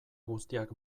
guztiak